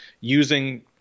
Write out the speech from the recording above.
using